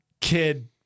kid